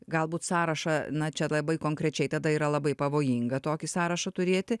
galbūt sąrašą na čia labai konkrečiai tada yra labai pavojinga tokį sąrašą turėti